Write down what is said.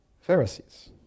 Pharisees